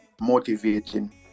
motivating